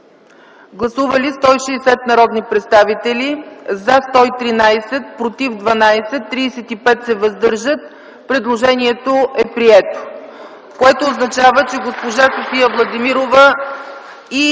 Гласували 160 народни представители: за 113, против 12, въздържали се 35. Предложението е прието, което означава, че госпожа София Владимирова и